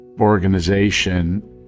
organization